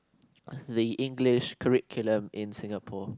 the English curriculum in Singapore